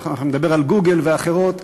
אני מדבר על "גוגל" ואחרות.